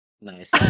Nice